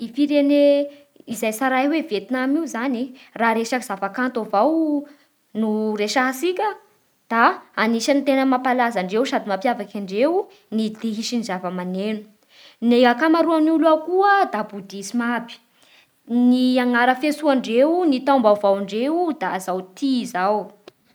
I firene izay tsaray hoe Vietnam io zany e, raha resaky zava-kanto avao no resahintsika da anisan'ny tena mampalaza andreo sady mapiavaky andreo ny dihy sy ny zava-maneno. Ne akamaroan'olo ao koa bodisma aby ny anara fiantsoa andreo ny tao-baovao ndreo da zao ti zao têt zao